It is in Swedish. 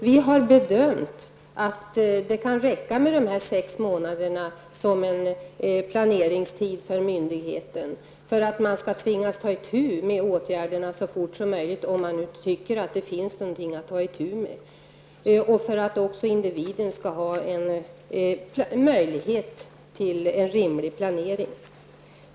Vi har bedömt att det kan räcka med sex månader som planeringstid för myndigheten, och det för att man skall tvingas vidta åtgärderna så fort som möjligt, om man nu tycker att det finns någonting att ta itu med, och för att individen skall ha möjlighet till en rimlig planering.